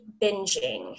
binging